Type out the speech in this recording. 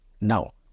Now